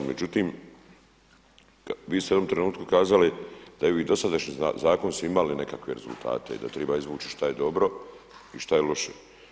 Međutim, vi ste u jednom trenutku kazali da i dosadašnji zakoni su imali nekakve rezultate i da treba izvući šta je dobro i šta je loše.